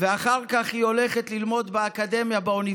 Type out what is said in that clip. ואחר כך היא הולכת ללמוד באקדמיה,